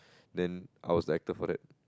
then I was elected for that